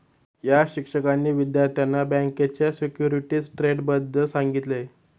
या शिक्षकांनी विद्यार्थ्यांना बँकेच्या सिक्युरिटीज ट्रेडबद्दल सांगितले